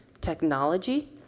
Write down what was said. technology